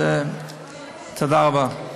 אז תודה רבה.